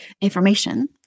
information